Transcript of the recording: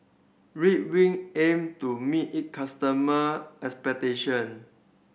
Ridwind aim to meet it customer expectation